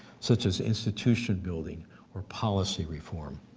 such as institution building or policy reform.